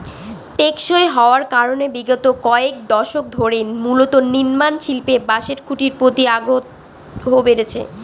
টেকসই হওয়ার কারনে বিগত কয়েক দশক ধরে মূলত নির্মাণশিল্পে বাঁশের খুঁটির প্রতি আগ্রহ বেড়েছে